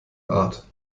art